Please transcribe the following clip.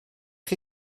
chi